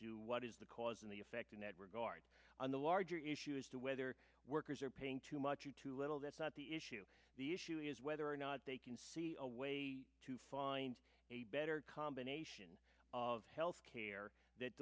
to what is the cause and the effect in that regard on the larger issue as to whether workers are paying too much or too little that's not the issue the issue is whether or not they can see a way to find a better combination of health care that